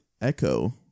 Echo